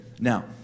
Now